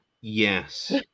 Yes